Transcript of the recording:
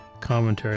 commentary